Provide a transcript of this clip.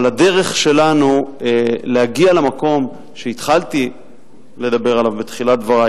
הדרך שלנו להגיע למקום שהתחלתי לדבר עליו בתחילת דברי,